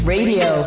Radio